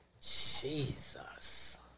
Jesus